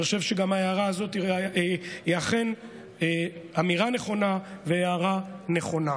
אני חושב שגם ההערה הזאת היא אכן אמירה נכונה והערה נכונה.